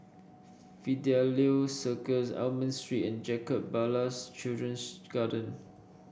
Fidelio Circus Almond Street and Jacob Ballas Children's Garden